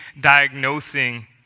diagnosing